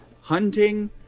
hunting